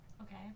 okay